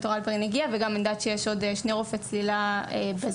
הגיע, ואני יודעת שיש עוד שני צלילה בזום.